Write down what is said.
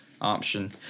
option